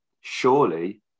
Surely